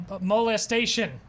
molestation